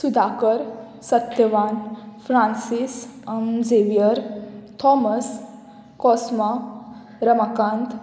Sudhakar Satyavan Francis Xavier Thomas Cosma Ramakant